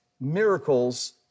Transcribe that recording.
miracles